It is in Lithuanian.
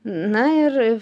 na ir